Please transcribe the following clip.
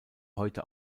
heute